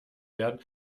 werden